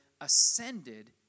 ascended